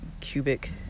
cubic